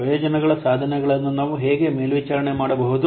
ಪ್ರಯೋಜನಗಳ ಸಾಧನೆಗಳನ್ನು ನಾವು ಹೇಗೆ ಮೇಲ್ವಿಚಾರಣೆ ಮಾಡಬಹುದು